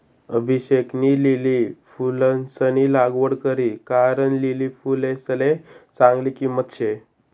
अभिषेकनी लिली फुलंसनी लागवड करी कारण लिली फुलसले चांगली किंमत शे